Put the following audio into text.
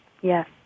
Yes